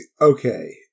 Okay